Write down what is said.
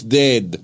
dead